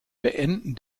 beenden